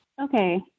Okay